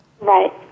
Right